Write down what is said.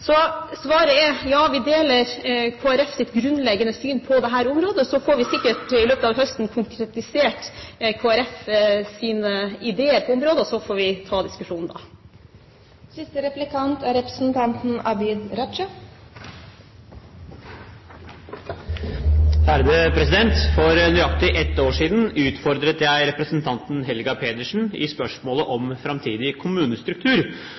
Så svaret er: Ja, vi deler Kristelig Folkepartis grunnleggende syn på dette området. Vi får sikkert i løpet av høsten konkretisert Kristelig Folkepartis ideer på området, og så får vi ta diskusjonen da. For nøyaktig ett år siden utfordret jeg representanten Helga Pedersen på spørsmålet om framtidig kommunestruktur,